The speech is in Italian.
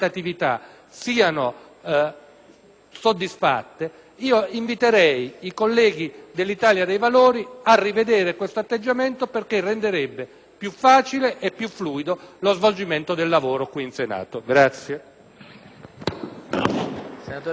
invito i colleghi del Gruppo Italia dei Valori a rivedere il loro atteggiamento perché renderebbe più facile e più fluido lo svolgimento del lavoro in Senato.